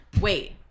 wait